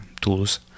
tools